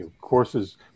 courses